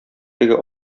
теге